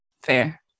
fair